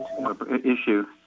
Issue